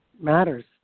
matters